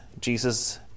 Jesus